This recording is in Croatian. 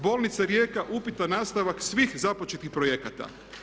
Bolnica Rijeka upitan nastavak svih započetih projekata.